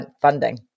funding